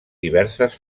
diverses